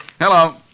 Hello